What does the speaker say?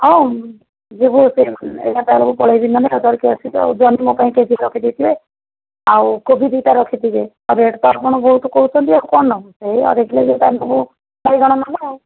ହଁ ଯିବୁ ଏଗାରଟା ବେଳକୁ ପଳେଇବି ମାନେ ଧରିକି ଆସିବି ଜହ୍ନି ମୋ ପାଇଁ କେଜିଟେ ରଖିଦେଇଥିବେ ଆଉ କୋବି ଦୁଇଟା ରଖିଥିବେ ଆଉ ରେଟ୍ ପାଟ ତ ଆପଣ ବହୁତ କହୁଛନ୍ତି ଆଉ କ'ଣ ନେବୁ ସେଇ ଅଧକିଲେ ବାଇଗଣ ନେବୁ ଆଉ